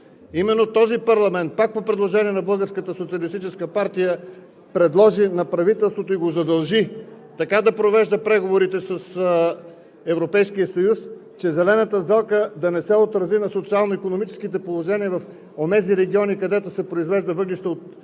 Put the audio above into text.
Именно този парламент пак по предложение на Българската социалистическа партия предложи на правителството и го задължи така да провежда преговорите с Европейския съюз, че зелената сделка да не се отрази на социално-икономическите положения в онези региони, където се произвежда електроенергия от